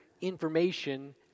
information